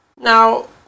Now